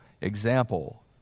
example